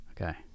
Okay